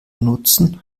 nutzen